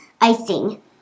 icing